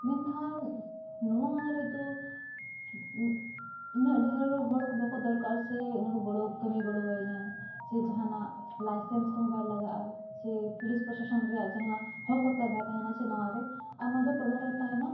ᱢᱮᱱᱠᱷᱟᱱ ᱱᱚᱣᱟ ᱨᱮᱫᱚ ᱤᱱᱟᱹᱜ ᱰᱷᱮᱨ ᱦᱚᱲ ᱠᱚ ᱵᱟᱠᱚ ᱫᱚᱨᱠᱟᱨ ᱥᱮ ᱚᱱᱟ ᱠᱚ ᱜᱚᱲᱚ ᱠᱟᱹᱢᱤ ᱜᱚᱲᱚᱣᱟᱹᱧᱟ ᱥᱮ ᱡᱟᱦᱟᱱᱟᱜ ᱞᱟᱭᱥᱮᱱᱥ ᱠᱚᱦᱚᱸ ᱵᱟᱭ ᱞᱟᱜᱟᱜᱼᱟ ᱥᱮ ᱯᱩᱞᱤᱥ ᱯᱨᱚᱥᱟᱥᱚᱱ ᱨᱮᱭᱟᱜ ᱡᱟᱦᱟᱱ ᱦᱚᱸᱠ ᱠᱚ ᱛᱟᱭ ᱵᱟᱭ ᱛᱟᱦᱮᱱᱟ ᱥᱮ ᱱᱚᱣᱟ ᱨᱮ ᱟᱨ ᱱᱚᱣᱟ ᱫᱚ ᱴᱚᱞᱟ ᱨᱮᱦᱚᱸ ᱛᱟᱦᱮᱱᱟ